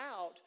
out